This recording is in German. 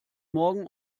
morgen